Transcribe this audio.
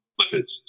lipids